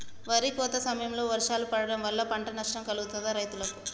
వరి కోత సమయంలో వర్షాలు పడటం వల్ల పంట నష్టం కలుగుతదా రైతులకు?